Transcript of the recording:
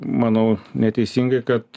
manau neteisingai kad